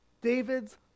David's